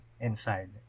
inside